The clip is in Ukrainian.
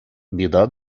біда